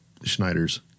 Schneiders